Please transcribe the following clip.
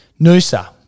Noosa